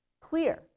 clear